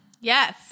Yes